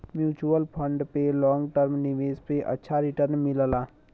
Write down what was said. mutual fund में long term निवेश पे अच्छा रीटर्न मिलला